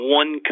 one